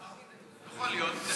יכול להיות.